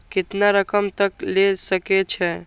केतना रकम तक ले सके छै?